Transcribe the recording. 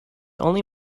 only